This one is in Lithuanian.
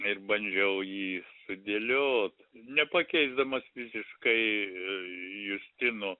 ir bandžiau jį sudėliot nepakeisdamas visiškai ir justino